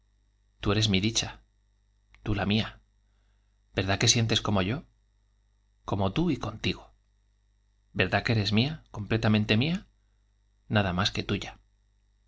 tú eres mi dicha tú la mía verdad que sientes como yo p como tú y con tigo verdad que eres mía completamente mía nada más que tuya